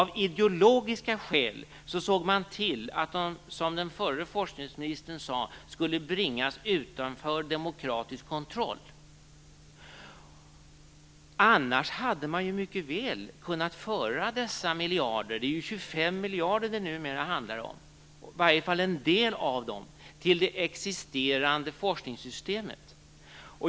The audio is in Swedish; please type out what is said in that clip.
Av ideologiska skäl såg man till att de, som den förre forskningsministern sade, skulle bringas utanför demokratisk kontroll. Annars hade man mycket väl kunnat föra dessa miljarder - det är 25 miljarder det numera handlar om - eller i varje fall en del av dem till det existerande forskningssystemet.